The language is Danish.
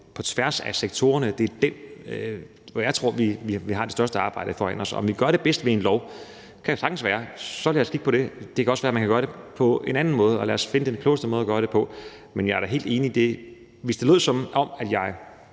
på tværs af sektorerne, at jeg tror vi har det største arbejde foran os. At vi gør det bedst ved en lov, kan sagtens være, og lad os så kigge på det, men det kan også være, at man kan gøre det på en anden måde. Så lad os finde den klogeste måde at gøre det på. Men jeg er da helt enig i det, og hvis det lød, som om jeg